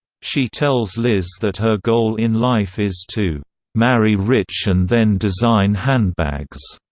she tells liz that her goal in life is to marry rich and then design handbags.